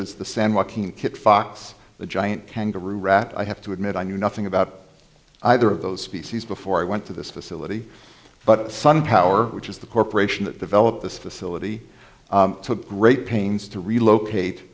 as the san joaquin kitfox the giant kangaroo rat i have to admit i knew nothing about either of those species before i went to this facility but sun power which is the corporation that developed this facility took great pains to relocate